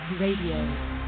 Radio